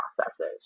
processes